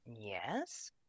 Yes